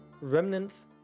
remnants